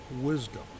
wisdom